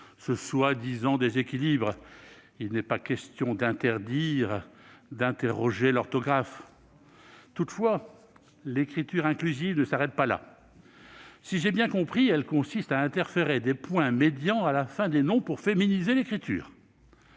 ce prétendu déséquilibre. Il n'est pas question d'interdire d'interroger l'orthographe. Toutefois, l'écriture inclusive ne s'arrête pas là. Si j'ai bien compris, elle consiste à insérer des points médians à la fin des noms pour féminiser l'écriture.